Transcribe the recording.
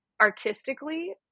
artistically